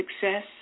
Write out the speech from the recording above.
success